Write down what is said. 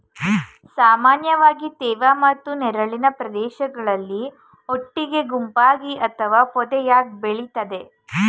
ಸಾಮಾನ್ಯವಾಗಿ ತೇವ ಮತ್ತು ನೆರಳಿನ ಪ್ರದೇಶಗಳಲ್ಲಿ ಒಟ್ಟಿಗೆ ಗುಂಪಾಗಿ ಅಥವಾ ಪೊದೆಯಾಗ್ ಬೆಳಿತದೆ